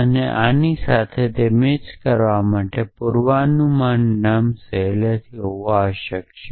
આને અલબત્ત સાથે મેચ કરવા માટે પૂર્વાનુમાન નામ સમાન હોવું આવશ્યક છે